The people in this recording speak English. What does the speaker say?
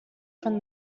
from